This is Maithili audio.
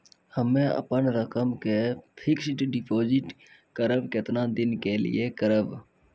हम्मे अपन रकम के फिक्स्ड डिपोजिट करबऽ केतना दिन के लिए करबऽ?